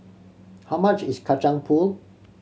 how much is Kacang Pool